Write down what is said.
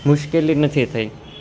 મુશ્કેલી નથી થઈ